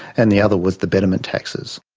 and the other was the betterment taxes.